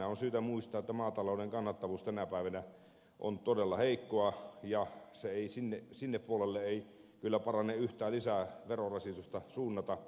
on syytä muistaa että maatalouden kannattavuus tänä päivänä on todella heikkoa ja sinne puolelle ei kyllä parane yhtään lisää verorasitusta suunnata